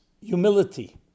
humility